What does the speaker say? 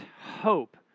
hope